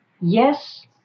Yes